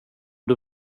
det